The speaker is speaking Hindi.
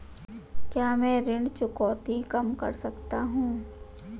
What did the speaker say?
क्या मैं ऋण चुकौती कम कर सकता हूँ?